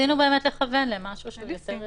הוא אומר שכאילו משתמש מהמיעוט שבסעיף